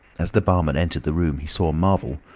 as the barman entered the room he saw marvel,